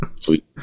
Sweet